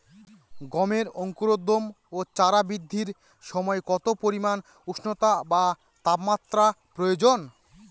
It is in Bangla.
গমের অঙ্কুরোদগম ও চারা বৃদ্ধির সময় কত পরিমান উষ্ণতা বা তাপমাত্রা প্রয়োজন?